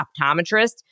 optometrist